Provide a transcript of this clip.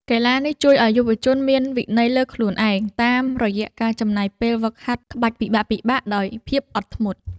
កីឡានេះជួយឱ្យយុវជនមានវិន័យលើខ្លួនឯង តាមរយៈការចំណាយពេលហ្វឹកហាត់ក្បាច់ពិបាកៗដោយភាពអត់ធ្មត់។